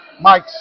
mike